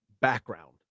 background